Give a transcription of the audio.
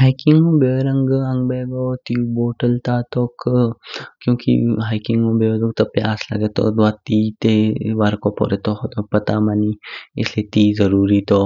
हिकिन्गो बेओरांग घ अग बेगो तेऊ बॉटल तातोक। क्युंकि हिकिन्गो बेओडुंग ताा प्यासी लगेतो। द्वाा तेे तीन वारको पोरेतो होदो पता मणी, इसलिए तेे जरुरी तोो।